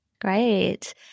Great